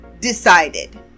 decided